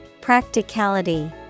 Practicality